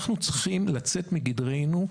אנחנו צריכים לצאת מגדרנו,